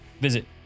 visit